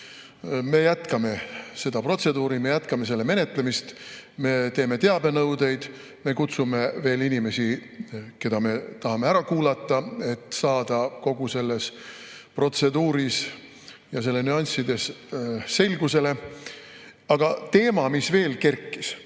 me jätkame seda protseduuri, me jätkame selle menetlemist, me teeme teabenõudeid, me kutsume veel inimesi, keda me tahame ära kuulata, et saada kogu selles protseduuris ja selle nüanssides selgust. Aga teema, mis veel esile